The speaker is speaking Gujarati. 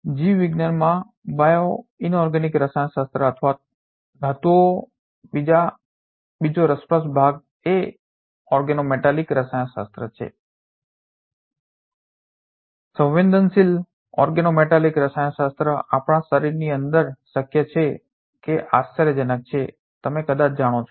જીવવિજ્ઞાનમાં બાયોઇનોર્ગેનિક રસાયણશાસ્ત્ર અથવા ધાતુનો બીજો રસપ્રદ ભાગ એ ઓર્ગેનોમેટાલિક રસાયણશાસ્ત્ર છે સંવેદનશીલ ઓર્ગેનોમેટાલિક રસાયણશાસ્ત્ર આપણા શરીરની અંદર શક્ય છે કે જે આશ્ચર્યજનક છે તમે કદાચ જાણો છો